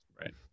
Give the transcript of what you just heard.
right